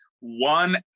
one